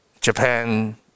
Japan